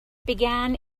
began